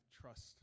trust